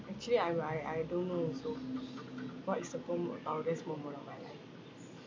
actually I I I don't know also what is the pomo~ proudest moment of my life